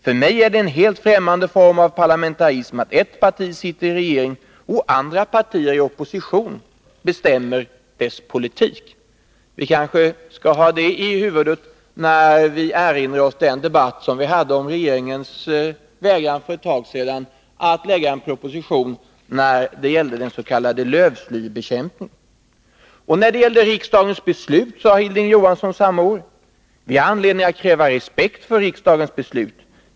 För mig är det en helt främmande form av parlamentarism att ett parti sitter i regering och andra partier i opposition bestämmer dess politik.” Vi kanske skall ha det i huvudet, när vi erinrar oss den debatt som vi hade om regeringens vägran för ett tag sedan att lägga fram en proposition när det gällde den s.k. lövslybekämpningen. ”Vi har anledning att kräva respekt för riksdagens beslut.